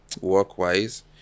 work-wise